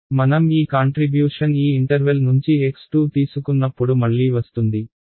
మనం ఈ కాంట్రిబ్యూషన్ ఈ ఇంటర్వెల్ నుంచి x2 తీసుకున్నప్పుడు మళ్లీ వస్తుంది